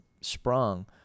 sprung